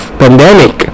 pandemic